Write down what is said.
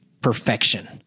perfection